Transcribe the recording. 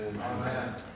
Amen